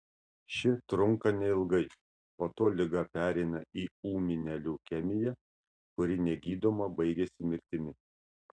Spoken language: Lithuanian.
ši trunka neilgai po to liga pereina į ūminę leukemiją kuri negydoma baigiasi mirtimi